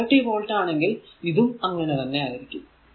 ഇത് 30 വോൾട് ആണെങ്കിൽ ഇതും അങ്ങനെ തന്നെ ആയിരിക്കും